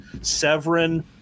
Severin